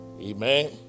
Amen